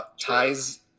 ties